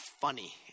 funny